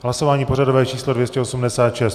Hlasování pořadové číslo 286.